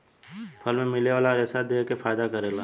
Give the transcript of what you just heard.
फल मे मिले वाला रेसा देह के फायदा करेला